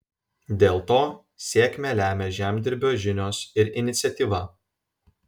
dėl to sėkmę lemia žemdirbio žinios ir iniciatyva